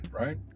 right